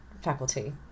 faculty